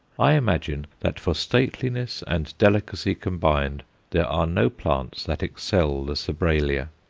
i imagine that for stateliness and delicacy combined there are no plants that excel the sobralia.